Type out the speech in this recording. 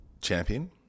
champion